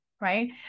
right